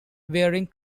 wearing